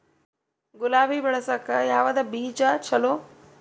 ಗುಲಾಬಿ ಬೆಳಸಕ್ಕ ಯಾವದ ಬೀಜಾ ಚಲೋ?